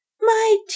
My